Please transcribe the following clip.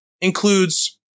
includes